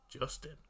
Justin